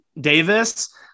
Davis